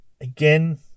again